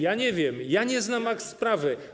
Ja nie wiem, ja nie znam akt sprawy.